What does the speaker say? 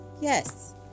yes